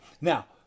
now